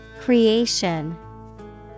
Creation